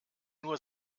nur